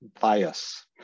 Bias